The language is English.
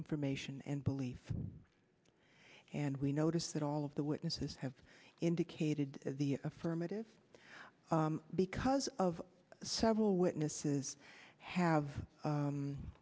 information and belief and we notice that all of the witnesses have indicated the affirmative because of several witnesses have